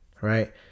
Right